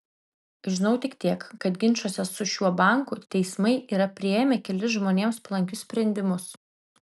žinau tik tiek kad ginčuose su šiuo banku teismai yra priėmę kelis žmonėms palankius sprendimus